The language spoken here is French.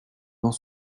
dans